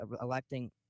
electing